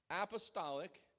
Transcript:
Apostolic